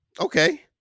Okay